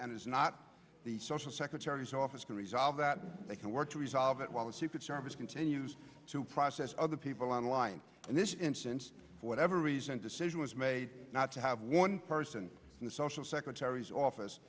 and is not the social secretary's office can resolve that they can work to resolve it while the secret service continues to process other people on line in this instance for whatever reason decision was made not to have one person in the social secretary's office